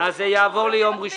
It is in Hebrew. אז זה יעבור ליום ראשון.